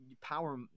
power